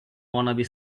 wannabe